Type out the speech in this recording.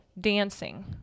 dancing